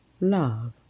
love